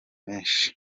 menshi